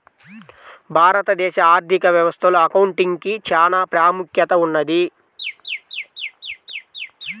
భారతదేశ ఆర్ధిక వ్యవస్థలో అకౌంటింగ్ కి చానా ప్రాముఖ్యత ఉన్నది